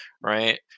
right